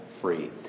free